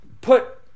put